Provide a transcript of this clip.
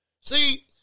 See